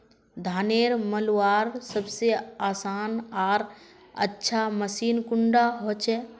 धानेर मलवार सबसे आसान आर अच्छा मशीन कुन डा होचए?